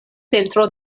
centro